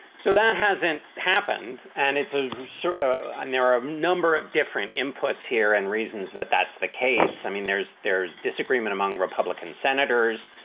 so that hasn't happened. and it's a mean so and there are a number of different inputs here and reasons that that's the case. i mean, there's there's disagreement among republican senators.